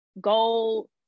gold